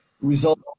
result